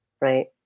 right